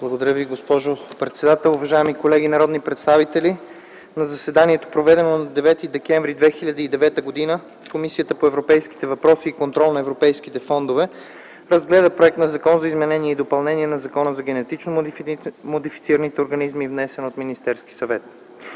Благодаря Ви, госпожо председател. Уважаеми колеги народни представители! „На заседанието, проведено на 9 декември 2009 г., Комисията по европейските въпроси и контрол на европейските фондове разгледа Законопроект за изменение и допълнение на Закона за генетично модифицирани организми, внесен от Министерския съвет.